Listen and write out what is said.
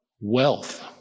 wealth